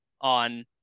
on